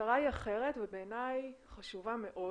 המטרה היא אחרת, ובעיניי היא חשובה מאוד.